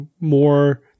more